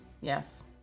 Yes